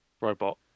Robot